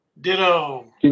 Ditto